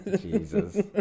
jesus